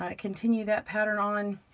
um continue that pattern on.